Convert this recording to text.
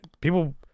people